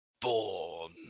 born